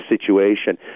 situation